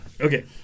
Okay